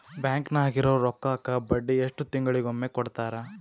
Bank ನಾಗಿರೋ ರೊಕ್ಕಕ್ಕ ಬಡ್ಡಿ ಎಷ್ಟು ತಿಂಗಳಿಗೊಮ್ಮೆ ಕೊಡ್ತಾರ?